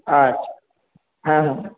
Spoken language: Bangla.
আচ্ছা হ্যাঁ হ্যাঁ